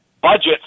budgets